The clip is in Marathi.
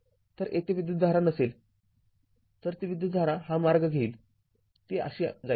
तर येथे विद्युतधारा नसेल तरती विद्युतधारा हा मार्ग घेईल ती अशी जाईल